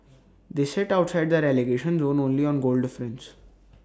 they sit outside the relegation zone only on goal difference